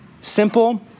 simple